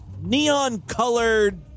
neon-colored